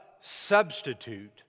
substitute